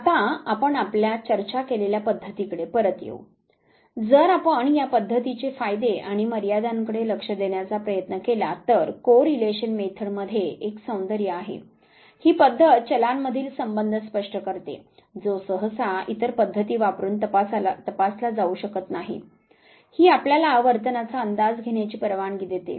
आता आपण आपल्या चर्चा केलेल्या पद्धतींकडे परत येऊ जर आपण या पद्धतीचे फायदे आणि मर्यादांकडे लक्ष देण्याचा प्रयत्न केला तर - को रिलेशन मेथड मध्ये एक सौंदर्य आहे ही पद्धत चलांमधील संबंध स्पष्ट करते जो सहसा इतर पद्धती वापरुन तपासला जाऊ शकत नाही ही आपल्याला वर्तनाचा अंदाज घेण्याची परवानगी देते